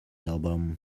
album